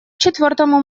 четвертому